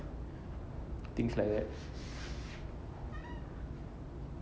things like that